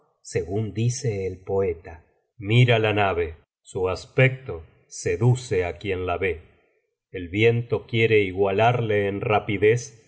según dice el poeta mira la nave su aspecto seduce á quien la ve el viento quiere igualarle en rapidez